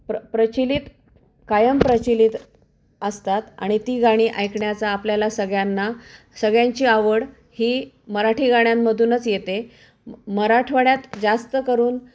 प्र प्रचलित कायम प्रचलित असतात आणि ती गाणी ऐकण्याचा आपल्याला सगळ्यांना सगळ्यांची आवड ही मराठी गाण्यांमधूनच येते मराठवाड्यात जास्त करून